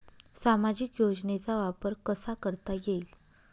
सामाजिक योजनेचा वापर कसा करता येईल?